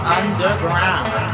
underground